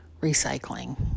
recycling